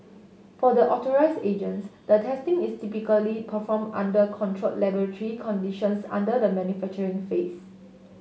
for the authorised agents the testing is typically performed under controlled laboratory conditions under the manufacturing phase